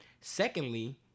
Secondly